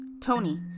Tony